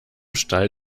stall